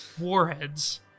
Warheads